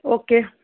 okay